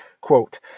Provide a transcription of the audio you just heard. quote